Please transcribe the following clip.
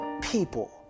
people